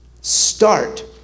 start